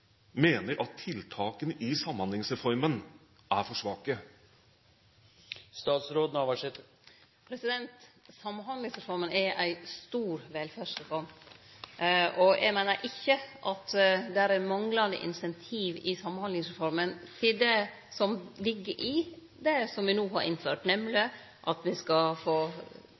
at tiltakene i Samhandlingsreformen er for svake? Samhandlingsreforma er ei stor velferdsreform. Eg meiner ikkje at det er manglande incentiv i Samhandlingsreforma til det som ligg i det som me no har innført, nemleg at me skal få